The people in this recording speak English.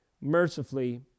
mercifully